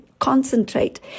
concentrate